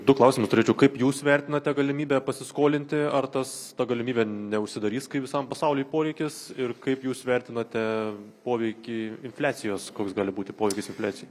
du klausimus turėčiau kaip jūs vertinate galimybę pasiskolinti ar tas ta galimybė neužsidarys kaip visam pasauliui poreikis ir kaip jūs vertinate poveikį infliacijos koks gali būti poveikis infliacijai